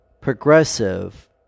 progressive